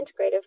integrative